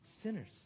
sinners